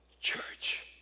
church